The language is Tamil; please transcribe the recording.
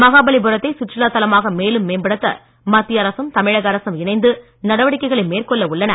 மகாபலிபுரத்தை சுற்றுலா தலமாக மேலும் மேம்படுத்த மத்திய அரசும் தமிழக அரசும் இணைந்து நடவடிக்கைகளை மேற்கொள்ள உள்ளன